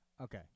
okay